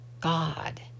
God